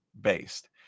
based